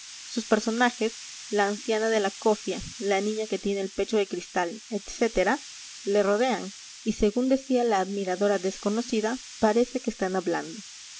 sus personajes la anciana de la cofia la niña que tiene el pecho de cristal etc le rodean y según decía la admiradora desconocida parece que están hablando